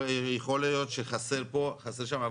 יכול להיות שחסר פה, חסר שם.